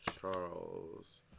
Charles